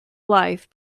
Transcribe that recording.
life